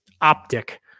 Optic